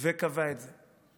הוא קבע את זה.